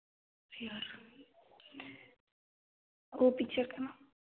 वह पिक्चर का